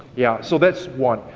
yeah, so that's one.